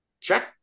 check